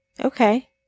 Okay